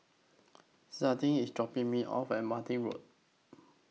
Zaiden IS dropping Me off At Martin Road